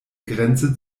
grenze